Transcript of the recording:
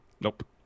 Nope